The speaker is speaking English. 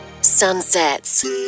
Sunsets